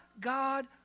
God